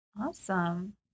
Awesome